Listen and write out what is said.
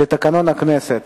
לתקנון הכנסת.